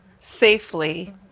safely